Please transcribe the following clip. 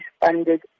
funded